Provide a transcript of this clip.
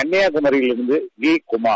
கன்னியாகுமரியிலிருந்து V Kumar